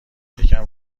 یکم